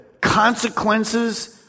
consequences